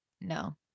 no